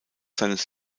seines